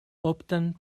opten